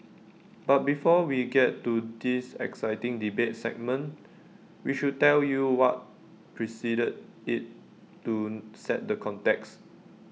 but before we get to this exciting debate segment we should tell you what preceded IT to set the context